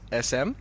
SM